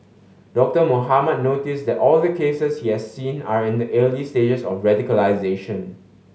Doctor Mohamed noticed that all the cases he has seen are in the early stages of radicalisation